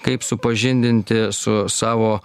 kaip supažindinti su savo